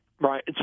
Right